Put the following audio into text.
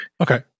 Okay